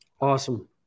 Awesome